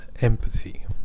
empathy